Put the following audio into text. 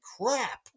crap